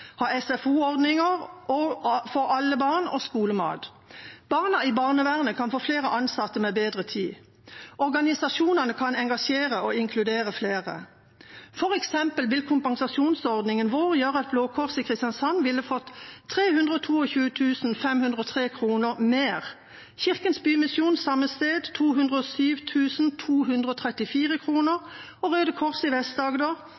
ha SFO-ordninger for alle barn og skolemat. Barna i barnevernet kan få flere ansatte med bedre tid. Organisasjonene kan engasjere og inkludere flere. For eksempel ville kompensasjonsordningen vår gjøre at Blå Kors i Kristiansand ville fått 322 503 kr mer, Kirkens Bymisjon samme sted 207 234 kr og Røde Kors i